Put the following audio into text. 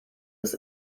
ist